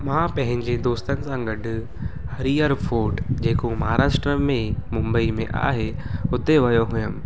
मां पहिंजे दोस्तनि सां गॾु हरीहर फोर्ट जेको महाराष्ट्र में मुंबई में आहे हुते वियो हुयमि